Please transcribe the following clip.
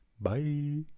bye